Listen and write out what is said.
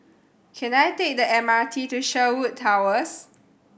can I take the M R T to Sherwood Towers